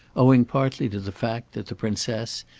owing partly to the fact that the princess,